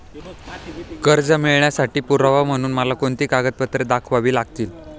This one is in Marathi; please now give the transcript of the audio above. कर्ज मिळवण्यासाठी पुरावा म्हणून मला कोणती कागदपत्रे दाखवावी लागतील?